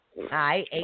Hi